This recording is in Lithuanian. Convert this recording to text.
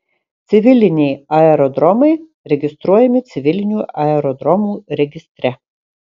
civiliniai aerodromai registruojami civilinių aerodromų registre